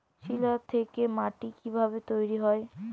শিলা থেকে মাটি কিভাবে তৈরী হয়?